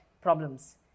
problems